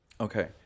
Okay